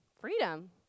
freedom